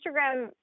Instagram